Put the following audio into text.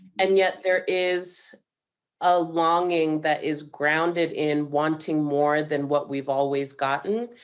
and yet there is a longing that is grounded in wanting more than what we've always gotten.